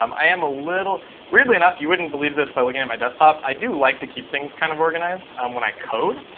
um i am a little weirdly enough, you wouldn't believe this by looking at my desktop, i do like to keep things kind of organized um when i code.